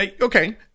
Okay